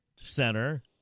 Center